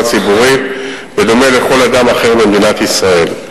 הציבורית בדומה לכל אדם אחר במדינת ישראל.